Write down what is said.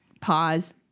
pause